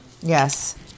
Yes